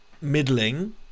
middling